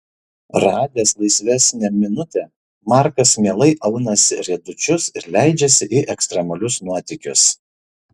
radęs laisvesnę minutę markas mielai aunasi riedučius ir leidžiasi į ekstremalius nuotykius